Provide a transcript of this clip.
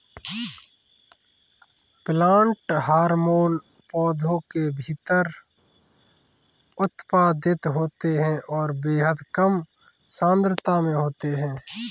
plant hormone पौधों के भीतर उत्पादित होते हैंऔर बेहद कम सांद्रता में होते हैं